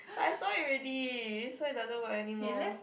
but I saw it already so it doesn't work anymore